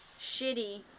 shitty